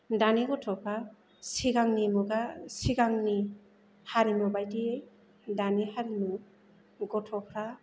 दानि गथ'फ्रा सिगांनि मुगा सिगांनि हारिमु बायदियै दानि हारिमु गथ'फ्रा